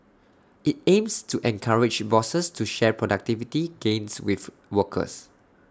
IT aims to encourage bosses to share productivity gains with workers